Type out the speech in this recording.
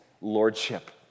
lordship